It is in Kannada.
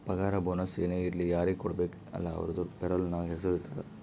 ಪಗಾರ ಬೋನಸ್ ಏನೇ ಇರ್ಲಿ ಯಾರಿಗ ಕೊಡ್ಬೇಕ ಅಲ್ಲಾ ಅವ್ರದು ಪೇರೋಲ್ ನಾಗ್ ಹೆಸುರ್ ಇರ್ತುದ್